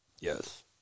Yes